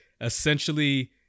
essentially